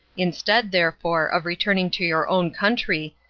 instead, therefore, of returning to your own country,